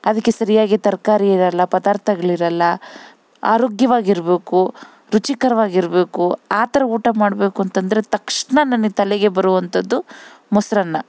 ಅದಕ್ಕೆ ಸರಿಯಾಗಿ ತರಕಾರಿ ಇರಲ್ಲ ಪದಾರ್ಥಗಳಿರಲ್ಲ ಆರೋಗ್ಯವಾಗಿರಬೇಕು ರುಚಿಕರವಾಗಿರಬೇಕು ಆ ಥರ ಊಟ ಮಾದಬೇಕು ಅಂತಂದರೆ ತಕ್ಷಣ ನನಗೆ ತಲೆಗೆ ಬರೋವಂಥದ್ದು ಮೊಸರನ್ನ